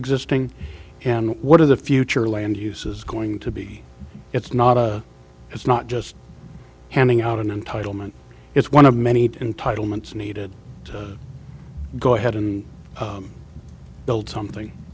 existing and what are the future land use is going to be it's not a it's not just handing out an entitlement it's one of many entitlements needed to go ahead and build something